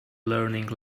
learning